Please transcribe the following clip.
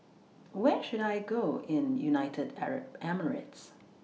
Where should I Go in United Arab Emirates